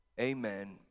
Amen